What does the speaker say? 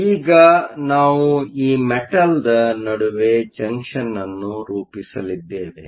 ಆದ್ದರಿಂದ ಈಗ ನಾವು ಈ ಮೆಟಲ್ನ ನಡುವೆ ಜಂಕ್ಷನ್ ಅನ್ನು ರೂಪಿಸಲಿದ್ದೇವೆ